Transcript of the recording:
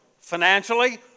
financially